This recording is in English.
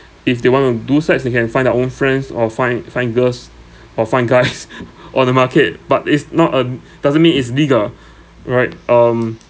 if they want to do sex they can find their own friends or find find girls or find guys on the market but it's not a doesn't mean it's legal right um